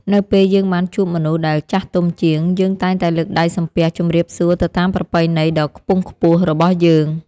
នៅពេលយើងបានជួបមនុស្សដែលចាស់ទុំជាង យើងតែងតែលើកដៃសំពះជម្រាបសួរទៅតាមប្រពៃណីដ៏ខ្ពង់ខ្ពស់របស់យើង។